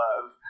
love